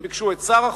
הם ביקשו את שר החוץ,